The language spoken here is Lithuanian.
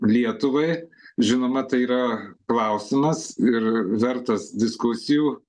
lietuvai žinoma tai yra klausimas ir vertas diskusijų